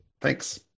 Thanks